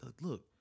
look